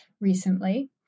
recently